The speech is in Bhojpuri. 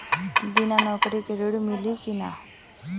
बिना नौकरी के ऋण मिली कि ना?